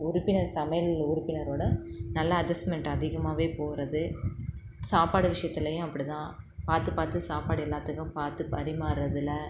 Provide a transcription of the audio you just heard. உறுப்பினர் சமையல் உறுப்பினரோடு நல்லா அட்ஜஸ்மெண்ட் அதிகமாகவே போகிறது சாப்பாடு விஷயத்துலையும் அப்படிதான் பார்த்து பார்த்து சாப்பாடு எல்லாத்துக்கும் பார்த்து பரிமாறுறதுல